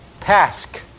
task